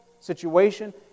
situation